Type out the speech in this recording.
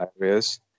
areas